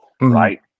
Right